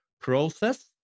Process